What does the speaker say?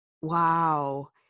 Wow